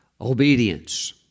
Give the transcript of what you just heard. obedience